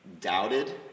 doubted